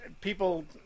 People